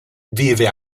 vive